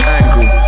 angle